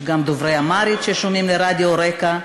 יש גם דוברי אמהרית ששומעים רדיו רק"ע.